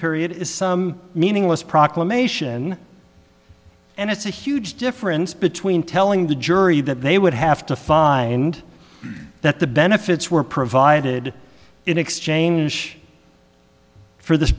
period is some meaningless proclamation and it's a huge difference between telling the jury that they would have to find that the benefits were provided in exchange for this